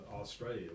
Australia